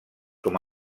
com